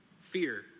fear